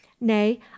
nay